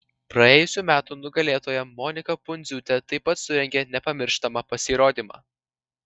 praėjusių metų nugalėtoja monika pundziūtė taip pat surengė nepamirštamą pasirodymą